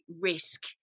risk